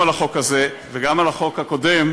גם על החוק הזה וגם על החוק הקודם,